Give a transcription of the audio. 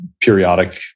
periodic